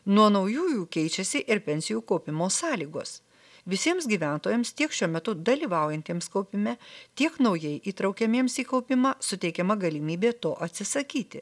nuo naujųjų keičiasi ir pensijų kaupimo sąlygos visiems gyventojams tiek šiuo metu dalyvaujantiems kaupime tiek naujai įtraukiamiems į kaupimą suteikiama galimybė to atsisakyti